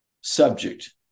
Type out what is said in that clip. subject